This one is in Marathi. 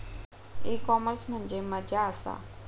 ई कॉमर्स म्हणजे मझ्या आसा?